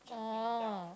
oh